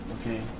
Okay